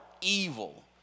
evil